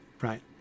right